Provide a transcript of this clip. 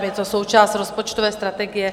Je to součást rozpočtové strategie.